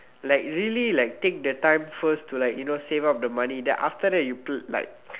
like really like take the time first to like you know save up the money then after that you pl~ like